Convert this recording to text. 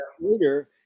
later